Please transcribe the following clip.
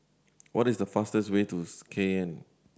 what is the fastest way to Cayenne